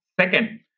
second